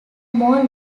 more